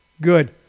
good